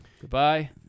goodbye